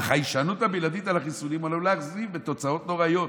אך ההישענות הבלעדית על החיסונים עלולה להכזיב בתוצאות נוראיות.